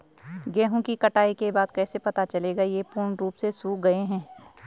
गेहूँ की कटाई के बाद कैसे पता चलेगा ये पूर्ण रूप से सूख गए हैं?